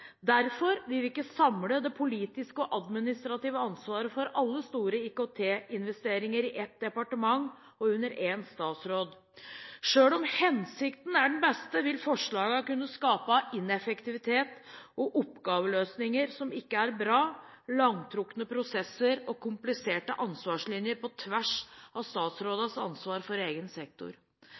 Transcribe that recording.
Derfor vil vi ikke samle det politiske og administrative ansvaret for alle store IKT-investeringer i ett departement og under én statsråd. Selv om hensikten er den beste, vil forslaget kunne skape ineffektivitet og oppgaveløsninger som ikke er bra, langtrukne prosesser og kompliserte ansvarslinjer på tvers av statsrådenes ansvar for egen sektor.